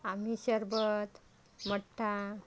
आम्ही सरबत मठ्ठा